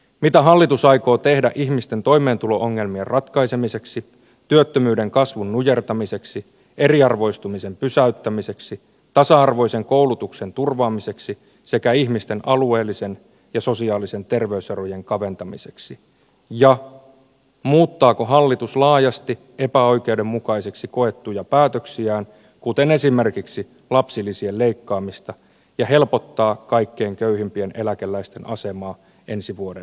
mitä hallitus aikoo tehdä ihmisten toimeentulo ongelmien ratkaisemiseksi työttömyyden kasvun nujertamiseksi eriarvoistumisen pysäyttämiseksi tasa arvoisen koulutuksen turvaamiseksi sekä ihmisten alueellisen ja sosiaalisen terveyserojen kaventamiseksi ja muuttaa kun hallitus laajasti epäoikeudenmukaisiksi koettuja päätöksiä on kuten esimerkiksi lapsilisien leikkaamista ja helpottaa kaikkein köyhimpien eläkeläisten asemaa ensi vuoden